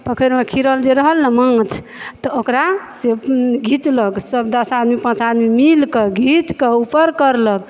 पोखरिमे खिरल जे रहल ने माँछ तऽ ओकरा से घिचलक सब दस आदमी पाँच आदमी मिल कऽ घीच कऽ उपर कयलक